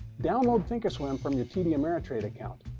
download thinkorswim from your td ameritrade account.